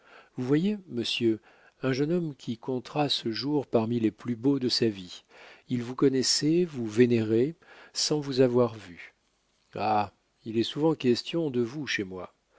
vous voyez monsieur un jeune homme qui comptera ce jour parmi les plus beaux de sa vie il vous connaissait vous vénérait sans vous avoir vu ah il est souvent question de vous chez moi